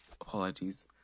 Apologies